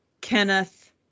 Kenneth